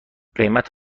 قیمت